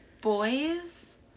boys